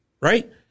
right